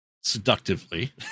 seductively